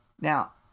Now